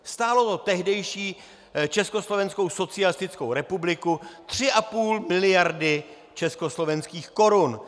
Stálo to tehdejší Československou socialistickou republiku 3,5 miliardy československých korun.